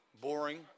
boring